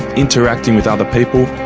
interacting with other people,